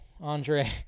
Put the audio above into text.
Andre